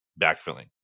backfilling